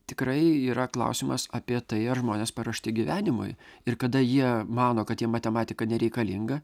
tikrai yra klausimas apie tai ar žmonės paruošti gyvenimui ir kada jie mano kad jiem matematika nereikalinga